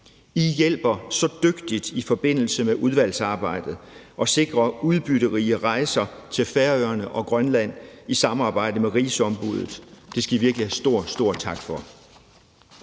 I hjælper så dygtigt i forbindelse med udvalgsarbejdet og sikrer udbytterige rejser til Færøerne og Grønland i samarbejde med rigsombuddet. Det skal I virkelig have stor, stor tak for.